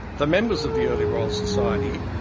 the members of the early royal society,